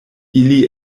ili